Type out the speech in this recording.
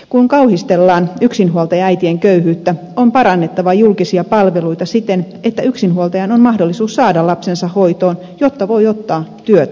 kun kauhistellaan yksinhuoltajaäitien köyhyyttä on parannettava julkisia palveluita siten että yksinhuoltajan on mahdollisuus saada lapsensa hoitoon jotta voi ottaa työtä vastaan